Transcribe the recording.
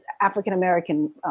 African-American